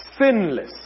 sinless